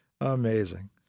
Amazing